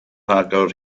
agor